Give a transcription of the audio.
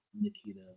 Nikita